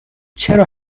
چرا